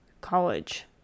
college